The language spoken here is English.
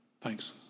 Thanks